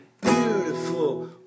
beautiful